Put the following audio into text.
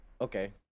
okay